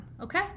Okay